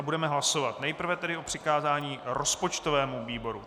Budeme hlasovat, nejprve tedy o přikázání rozpočtovému výboru.